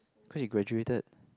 cause he graduated